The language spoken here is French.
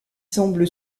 semble